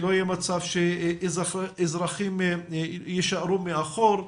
שלא יהיה מצב שאזרחים יישארו מאחור.